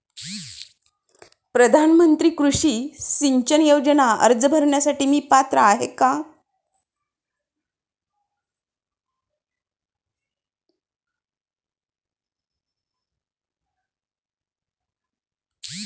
प्रधानमंत्री कृषी सिंचन योजना अर्ज भरण्यासाठी मी पात्र आहे का?